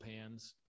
pans